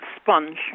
sponge